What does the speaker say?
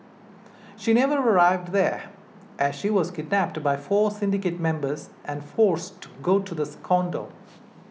she never arrived there as she was kidnapped by four syndicate members and forced to go to the condo